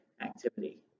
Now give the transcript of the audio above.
activity